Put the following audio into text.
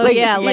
ah yeah, like